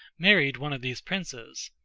married one of these princes.